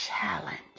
challenge